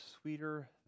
sweeter